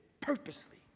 purposely